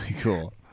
Cool